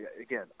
again